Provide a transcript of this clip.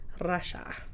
Russia